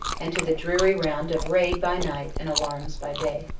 and to the dreary round of raid by night and alarums by day.